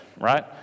right